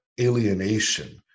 alienation